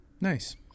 nice